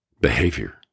behavior